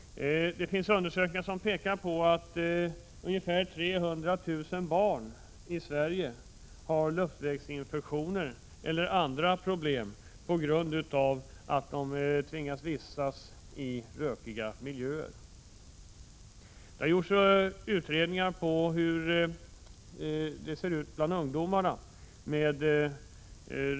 Undersökningar pekar på att ungefär 300 000 barn i Sverige har luftvägsinfektioner eller andra problem på grund av att de tvingas vistas i rökiga miljöer. Det har också gjorts undersökningar om rökning bland ungdomar.